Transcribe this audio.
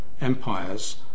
empires